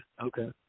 okay